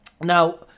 Now